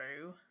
true